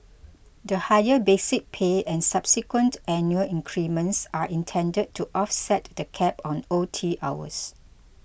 the higher basic pay and subsequent annual increments are intended to offset the cap on O T hours